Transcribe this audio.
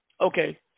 Okay